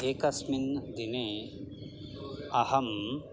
एकस्मिन् दिने अहं